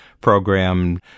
program